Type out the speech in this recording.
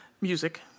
Music